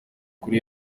kuri